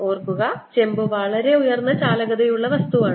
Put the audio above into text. ഓർക്കുക ചെമ്പ് വളരെ ഉയർന്ന ചാലകതയുള്ള വസ്തുവാണ്